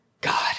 God